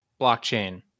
Blockchain